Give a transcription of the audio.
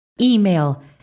email